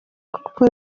kuko